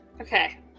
Okay